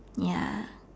ya